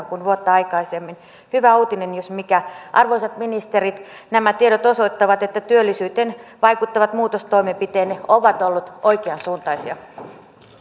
kuin vuotta aikaisemmin hyvä uutinen jos mikä arvoisat ministerit nämä tiedot osoittavat että työllisyyteen vaikuttavat muutostoimenpiteenne ovat olleet oikeansuuntaisia